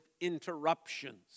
interruptions